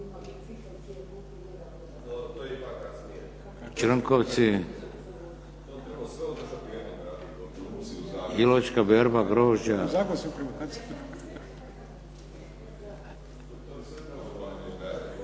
Črnkovci, Iločka berba grožđa.